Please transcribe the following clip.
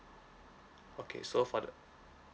okay so for the